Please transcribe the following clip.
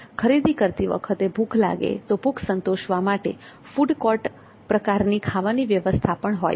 ખરીદી કરતી વખતે ભૂખ લાગે તો ભૂખ સંતોષવા માટે ફૂડ કોર્ટ પ્રકારની ખાવાની વ્યવસ્થા પણ હોય છે